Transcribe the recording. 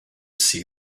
see